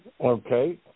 Okay